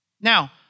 Now